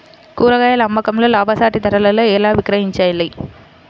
కూరగాయాల అమ్మకంలో లాభసాటి ధరలలో ఎలా విక్రయించాలి?